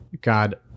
God